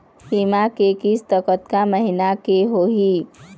बीमा के किस्त कतका महीना के होही?